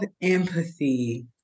empathy